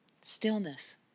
stillness